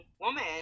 woman